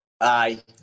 Aye